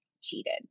cheated